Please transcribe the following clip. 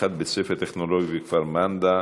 אי-פתיחת בית-ספר טכנולוגי בכפר מנדא,